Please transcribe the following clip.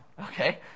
okay